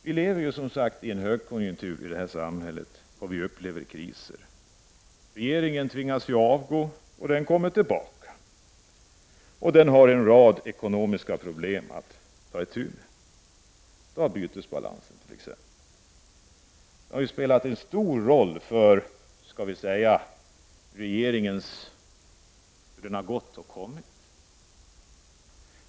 Vi lever i en högkonjunktur, men upplever kriser där t.ex. regeringen tvingas avgå men sedan kommer tillbaka. Den har en rad ekonomiska problem att ta itu med. Bytesbalansen har spelat en stor roll för regeringarnas tillkomst och fall.